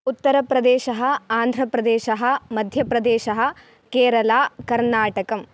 उत्तरप्रदेशः आन्ध्रप्रदेशः मध्यप्रदेशः केरल कर्णाटकम्